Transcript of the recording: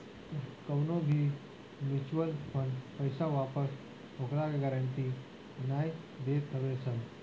कवनो भी mutual fund पईसा वापस होखला के गारंटी नाइ देत हवे सन